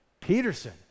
Peterson